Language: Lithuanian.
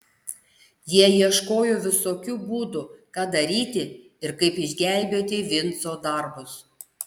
jie ieškojo visokių būdų ką daryti ir kaip išgelbėti vinco darbus